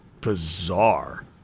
bizarre